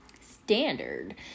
standard